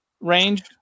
range